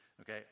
okay